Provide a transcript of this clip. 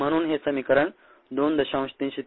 आणि म्हणून हे समीकरण 2